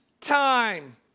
time